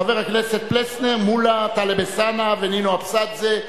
חברי הכנסת פלסנר, מולה, טלב אלסאנע ונינו אבסדזה.